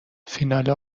فینال